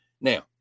Now